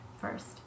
first